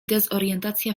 dezorientacja